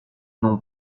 non